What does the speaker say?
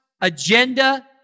agenda